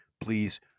please